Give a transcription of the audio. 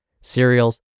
cereals